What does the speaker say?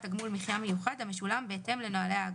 תשלום מחיה מיוחד המשולם בהתאם לנוהלי האגף,